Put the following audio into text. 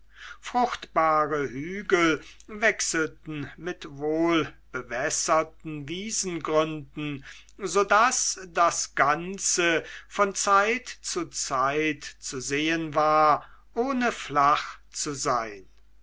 fruchtbare hügel wechselten mit wohlbewässerten wiesengründen so daß das ganze von zeit zu zeit zu sehen war ohne flach zu sein